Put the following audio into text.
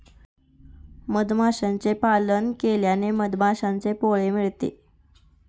मधमाशांचे पालन केल्याने मधमाशांचे पोळे मिळते